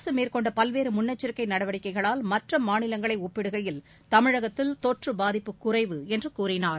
அரசு மேற்கொண்ட பல்வேறு முன்னெச்சரிக்கை நடவடிக்கைகளால் மற்ற மாநிலங்களை ஒப்பிடுகையில் தமிழகத்தில் தொற்று பாதிப்பு குறைவு என்று கூறினார்